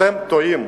אתם טועים.